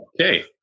Okay